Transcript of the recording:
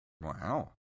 Wow